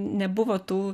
nebuvo tų